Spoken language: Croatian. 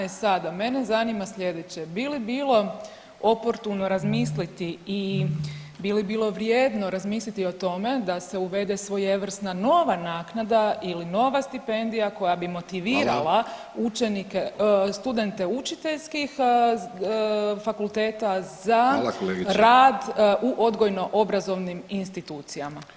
E sada, mene zanima slijedeće, bi li bilo oportuno razmisliti i bi li bilo vrijedno razmisliti o tome da se uvede svojevrsna nova naknada ili nova stipendija koja bi motivirala učenike, studente učiteljskih fakulteta za rad u odgojno obrazovnim institucijama.